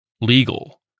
legal